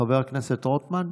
חבר הכנסת רוטמן?